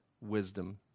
wisdom